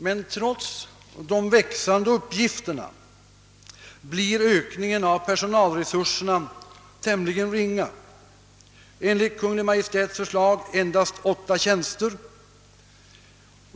Men trots de växande uppgifterna blir ökningen av personalresurserna tämligen ringa — enligt Kungl. Maj:ts förslag endast åtta tjänster.